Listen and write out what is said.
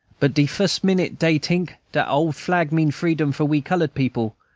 but de fus' minute dey tink dat ole flag mean freedom for we colored people,